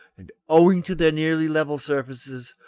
and, owing to their nearly level surfaces,